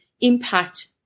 impact